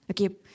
Okay